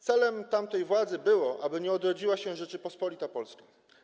Celem tamtej władzy było, aby nie odrodziła się Rzeczpospolita Polska.